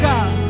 God